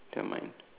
never mind